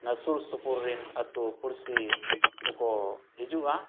ᱚᱱᱟ ᱥᱩᱨᱼᱥᱩᱯᱩᱨ ᱨᱤᱱ ᱟᱹᱛᱩ ᱯᱤᱲᱥᱤ ᱠᱚᱠᱚ ᱦᱤᱡᱩᱜᱼᱟ